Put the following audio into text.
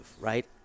right